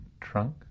trunk